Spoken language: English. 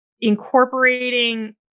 incorporating